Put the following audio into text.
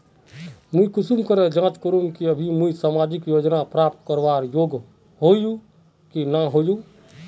मुई कुंसम करे जाँच करूम की अभी मुई सामाजिक योजना प्राप्त करवार योग्य होई या नी होई?